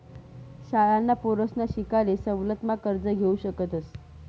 शाळांना पोरसना शिकाले सवलत मा कर्ज घेवू शकतस